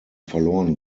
verloren